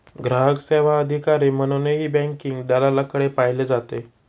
ग्राहक सेवा अधिकारी म्हणूनही बँकिंग दलालाकडे पाहिले जाते